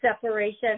separation